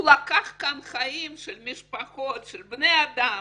הוא לקח כאן חיים של משפחות, של בני אדם,